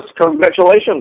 congratulations